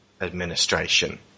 administration